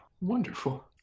wonderful